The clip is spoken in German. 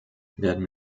werden